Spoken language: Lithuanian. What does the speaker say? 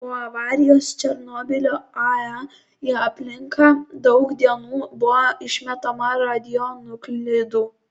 po avarijos černobylio ae į aplinką daug dienų buvo išmetama radionuklidų